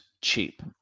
cheap